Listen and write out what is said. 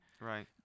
right